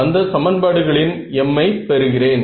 அந்த சமன்பாடுகளின் m ஐ பெறுகிறேன்